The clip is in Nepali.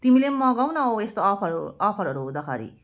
तिमीले पनि मगाउ न औ यस्तो अफर अफरहरू हुँदाखेरि